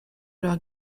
leurs